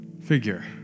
figure